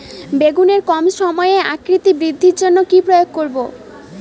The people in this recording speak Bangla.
বেগুনের কম সময়ে আকৃতি বৃদ্ধির জন্য কি প্রয়োগ করব?